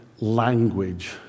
language